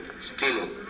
stealing